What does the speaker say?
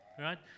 Right